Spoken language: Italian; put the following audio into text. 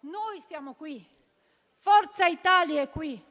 Noi stiamo qui, Forza Italia è qui